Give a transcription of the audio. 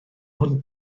ond